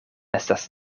estas